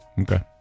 Okay